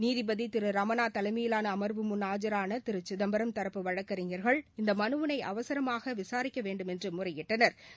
நீதிபதி திரு ரமணா தலைமையிலான அம்வு முன் ஆஜரான திரு சிதம்பரம் தரப்பு வழக்கறிஞர்கள் இந்த மனுவினை அவசரமாக விசாரிக்க வேண்டுமென்று முறையிட்டனா்